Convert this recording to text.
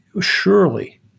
surely